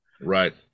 Right